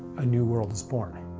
a new world is born.